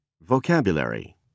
Vocabulary